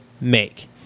make